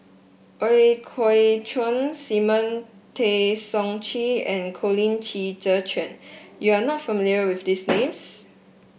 Ooi Kok Chuen Simon Tay Seong Chee and Colin Qi Zhe Quan You are not familiar with these names